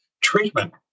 treatment